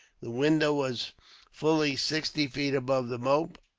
the window was fully sixty feet above the moat,